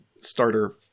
starter